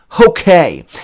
Okay